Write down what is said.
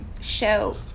show